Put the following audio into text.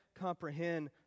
comprehend